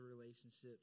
relationships